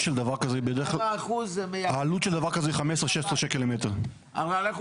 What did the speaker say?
בכמה אחוז זה מייקר את ההשכרה?